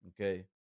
Okay